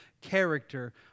character